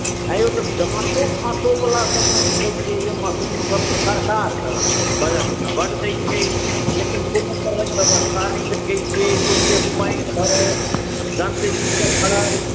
आँय यौ तऽ जाँचो फाँचोवला सभ नहि देखैत छियै जे मशीनसभ तऽ सरकार तऽ दबाईसभ बड्ड दैत छै लेकिन कोनो तरहक व्यवस्था नहि देखैत छियै सौँसे पानि भरल गन्दगीसभ भरल